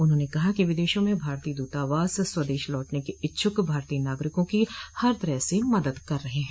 उन्होंने कहा कि विदेशों में भारतीय दूतावास स्वदेश लौटने के इच्छुक भारतीय नागरिकों की हर तरह से मदद कर रहे हैं